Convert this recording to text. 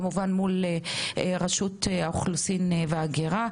כמובן מול רשות האוכלוסין וההגירה,